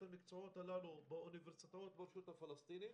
המקצועות הללו באוניברסיטאות ברשות הפלסטינית